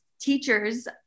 teachers